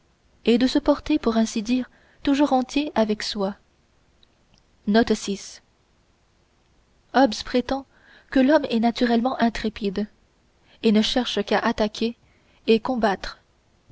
et de se porter pour ainsi dire toujours tout entier avec soi hobbes prétend que l'homme est naturellement intrépide et ne cherche qu'à attaquer et combattre